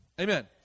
Amen